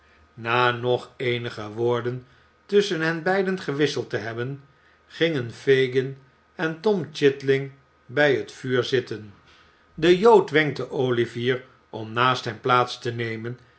na nog eenige woorden tusschen hen beiden gewisseld te hebben gingen fagin en tom chitling bij het vuur zitten de jood wenkte olivier om naast hem plaats te nemen